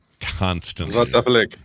Constantly